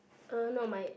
uh no my